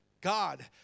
God